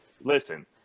listen